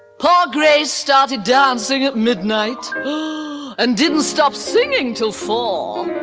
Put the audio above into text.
paul gray started dancing at midnight and didn't stop singing till fall.